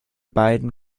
beiden